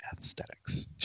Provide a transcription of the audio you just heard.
aesthetics